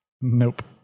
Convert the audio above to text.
nope